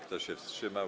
Kto się wstrzymał?